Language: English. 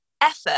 effort